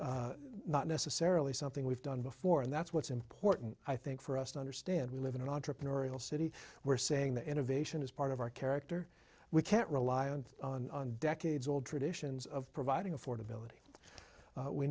not necessarily something we've done before and that's what's important i think for us to understand we live in an entrepreneurial city where saying the innovation is part of our character we can't rely on decades old traditions of providing affordability